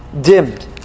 dimmed